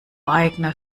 aigner